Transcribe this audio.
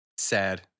Sad